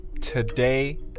today